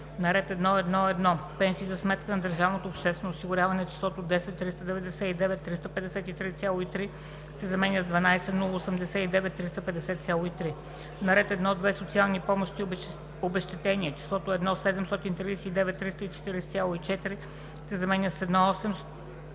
на ред 1.1.1. „Пенсии за сметка на държавното обществено осигуряване“ числото „10 399 353,3“ се заменя с „12 089 353,3“. - на ред 1.2. „Социални помощи и обезщетения“ числото „1 739 340,4“ се заменя с „1 814